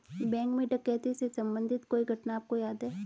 Bank में डकैती से संबंधित कोई घटना आपको याद है?